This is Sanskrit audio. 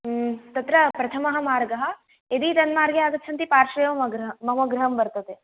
तत्र प्रथमः मार्गः यदि तन्मार्गे आगच्छन्ति तत्र पार्श्वे एव मम गृहं वर्तते